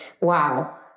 Wow